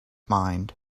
mind